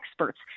experts